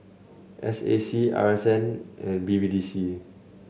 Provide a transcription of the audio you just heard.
S A C R S N and B B D C